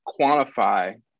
quantify